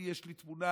יש לי תמונה,